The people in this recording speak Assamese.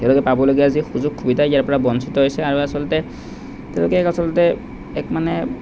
সেয়া যে পাবলগীয়া যি সুযোগ সুবিধা ইয়াৰ পৰা বঞ্চিত হৈছে আৰু আচলতে তেওঁলোকে এক আচলতে এক মানে